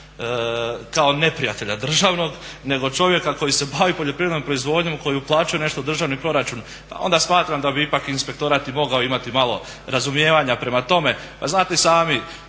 kao neprijatelja državnog nego čovjeka koji se bavi poljoprivrednom proizvodnjom, koji uplaćuje nešto u državni proračun. Pa onda smatram da bi ipak inspektorat i mogao imati malo razumijevanja prema tome. Pa znate i sami